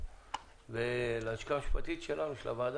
וכאן המקום להודות לכם.